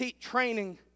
training